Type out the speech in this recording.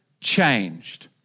changed